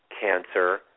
cancer